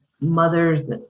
mothers